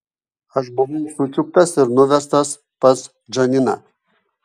aš buvau sučiuptas ir nuvestas pas džaniną